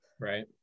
right